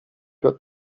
got